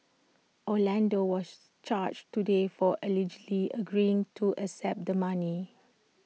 Orlando was charged today for allegedly agreeing to accept the money